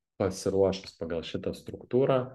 pasiruošus pagal šitą struktūrą